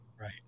Right